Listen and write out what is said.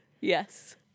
Yes